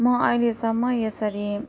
म अहिलेसम्म यसरी